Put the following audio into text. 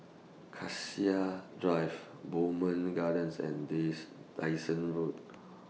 Cassia Drive Bowmont Gardens and Days Dyson Road